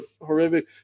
horrific